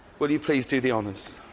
would you please do the honors?